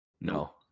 No